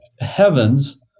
heavens